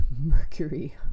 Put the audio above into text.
Mercury